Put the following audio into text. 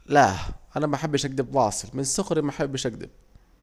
لااه انا محبش اكدب واصل من صغري وانا محبش اكدب